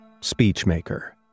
Speechmaker